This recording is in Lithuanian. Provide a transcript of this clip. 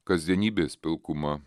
kasdienybės pilkuma